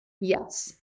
Yes